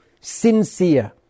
sincere